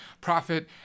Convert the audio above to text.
profit